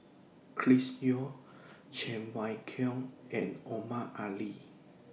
Chris Yeo Cheng Wai Keung and Omar Ali